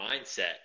mindset